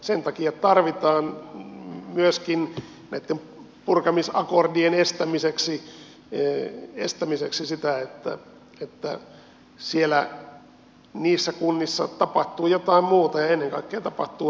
sen takia tarvitaan myöskin näitten purkamisakordien estämiseksi sitä että niissä kunnissa tapahtuu jotain muuta ja ennen kaikkea tapahtuu elinkeinopolitiikassa